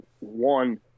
one